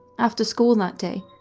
after school that day,